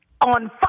On